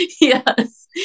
Yes